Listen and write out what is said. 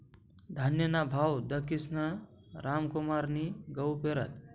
धान्यना भाव दखीसन रामकुमारनी गहू पेरात